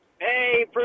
Hey